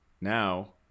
Now